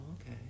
okay